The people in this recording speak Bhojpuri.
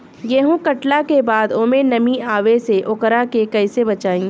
गेंहू कटला के बाद ओमे नमी आवे से ओकरा के कैसे बचाई?